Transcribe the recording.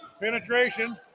Penetration